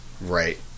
Right